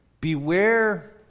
Beware